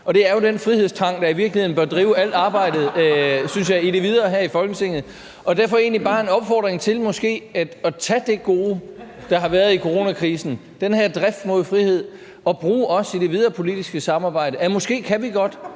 og det er jo den frihedstrang, der i virkeligheden bør drive alt arbejdet videre, synes jeg, her i Folketinget. Derfor er det egentlig bare en opfordring til måske at tage det gode, der har været i coronakrisen – den her drift mod frihed – og også bruge det videre i det politiske samarbejde, for måske kan vi godt